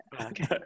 okay